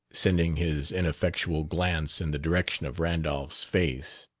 sending his ineffectual glance in the direction of randolph's face.